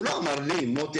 הוא לא אמר לי "מוטי,